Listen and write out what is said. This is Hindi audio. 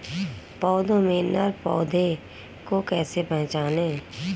पौधों में नर पौधे को कैसे पहचानें?